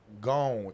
gone